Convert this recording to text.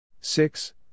Six